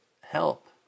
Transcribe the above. help